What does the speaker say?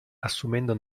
assumendo